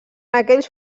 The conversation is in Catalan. aquells